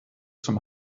zum